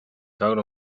count